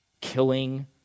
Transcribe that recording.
killing